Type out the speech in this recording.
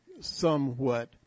somewhat